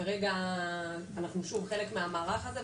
כרגע אנחנו חלק מהמערך הזה,